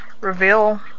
reveal